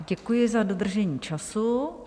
Děkuji za dodržení času.